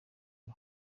ari